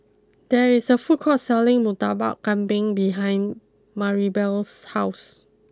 there is a food court selling Murtabak Kambing behind Maribel's house